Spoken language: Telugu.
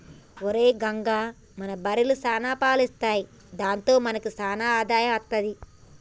ఒరేయ్ రంగా మన బర్రెలు సాన పాలు ఇత్తున్నయ్ దాంతో మనకి సాన ఆదాయం అత్తది